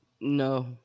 No